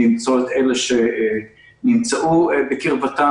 למצוא את אלה שנמצאו בקרבתם,